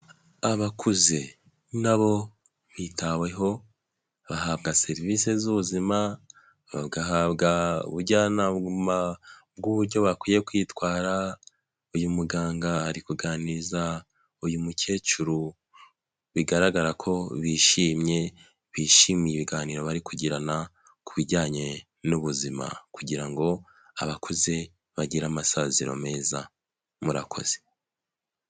Abakuze na bo bitaweho bahabwa serivisi z'ubuzima bagahabwa ubujyanama bw'uburyo bakwiye kwitwara. Uyu muganga ari kuganiriza uyu mukecuru bigaragara ko bishimye bishimiye ibiganiro bari kugirana, ku bijyanye n'ubuzima kugira ngo abakuze bagire amasaziro meza murakoze.